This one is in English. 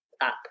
up